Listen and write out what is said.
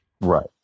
Right